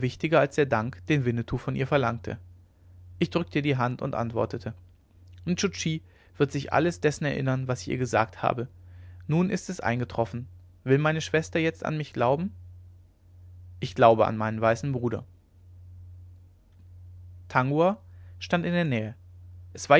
als der dank den winnetou von ihr verlangte ich drückte ihr die hand und antwortete nscho tschi wird sich alles dessen erinnern was ich ihr gesagt habe nun ist es eingetroffen will meine schwester jetzt an mich glauben ich glaube an meinen weißen bruder tangua stand in der nähe